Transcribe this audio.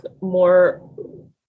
more